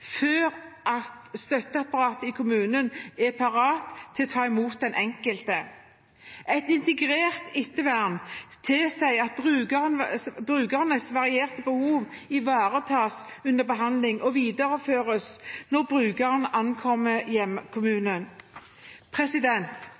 før et støtteapparat i kommunen er parat til å ta imot den enkelte. Et integrert ettervern tilsier at brukerens varierte behov ivaretas under behandling og videreføres når brukeren ankommer